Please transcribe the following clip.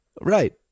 Right